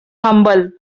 humble